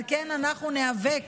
על כן, אנחנו ניאבק